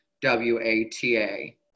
W-A-T-A